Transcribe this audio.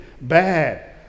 bad